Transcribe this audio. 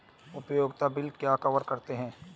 उपयोगिता बिल क्या कवर करते हैं?